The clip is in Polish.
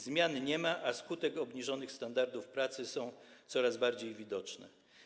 Zmian nie ma, a skutki obniżonych standardów pracy są coraz bardziej widoczne.